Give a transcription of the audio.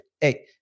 Hey